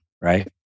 right